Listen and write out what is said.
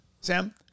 Sam